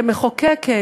כמחוקקת,